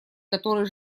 который